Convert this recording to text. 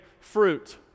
fruit